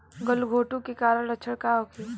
गलघोंटु के कारण लक्षण का होखे?